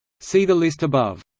see the list above.